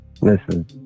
listen